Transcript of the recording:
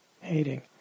hating